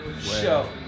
Show